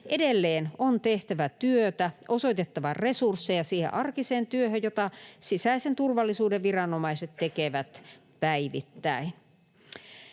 Edelleen on tehtävä työtä, osoitettava resursseja siihen arkiseen työhön, jota sisäisen turvallisuuden viranomaiset tekevät päivittäin.